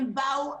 הם באו,